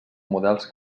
models